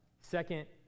Second